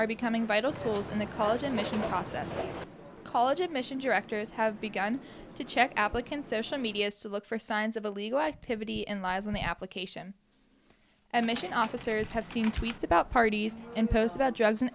are becoming vital tools in the college admission process of college admissions directors have begun to check applicants social media is to look for signs of illegal activity in lies on the application and mission officers have seen tweets about parties in post about drugs and